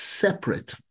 separate